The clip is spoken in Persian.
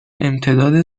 امتداد